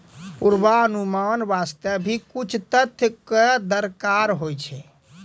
पुर्वानुमान वास्ते भी कुछ तथ्य कॅ दरकार होय छै